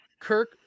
Kirk